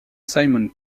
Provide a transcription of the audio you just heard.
simon